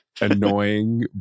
annoying